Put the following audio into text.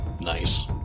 nice